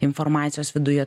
informacijos viduje